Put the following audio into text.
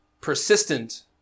persistent